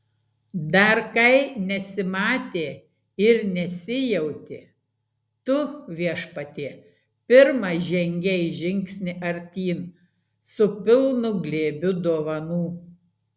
dar kai nesimatė ir nesijautė tu viešpatie pirmas žengei žingsnį artyn su pilnu glėbiu dovanų